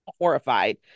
horrified